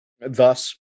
thus